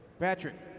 Patrick